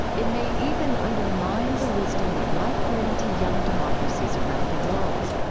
it may even undermine the wisdom we might bring to young democracies around the world.